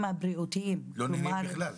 לא נהנים בכלל.